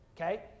Okay